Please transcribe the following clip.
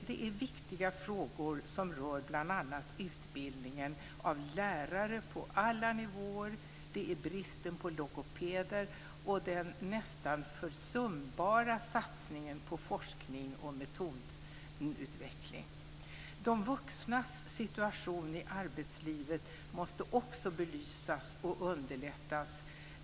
Det är viktiga frågor som rör bl.a. utbildningen av lärare på alla nivåer. Det är bristen på logopeder och den nästan försumbara satsningen på forskning och metodutveckling. De vuxnas situation i arbetslivet måste också belysas och underlättas.